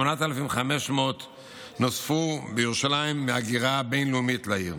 8,500 נוספו בירושלים מהגירה בין-לאומית לעיר.